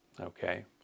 okay